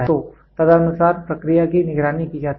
तो तदनुसार प्रक्रिया की निगरानी की जाती है